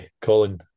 Colin